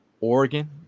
Oregon